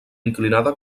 inclinada